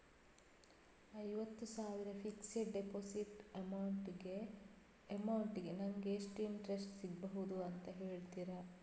ಐವತ್ತು ಸಾವಿರ fixed deposit amount ಗೆ ನಂಗೆ ಎಷ್ಟು ಇಂಟ್ರೆಸ್ಟ್ ಸಿಗ್ಬಹುದು ಅಂತ ಹೇಳ್ತೀರಾ?